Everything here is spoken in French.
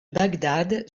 bagdad